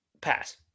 Pass